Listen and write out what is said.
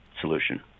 solution